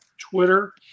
Twitter